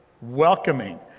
welcoming